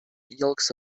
yolks